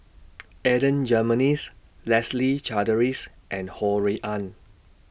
Adan Jimenez Leslie Charteris and Ho Rui An